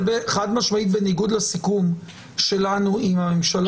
זה חד-משמעית בניגוד לסיכום שלנו עם הממשלה.